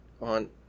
on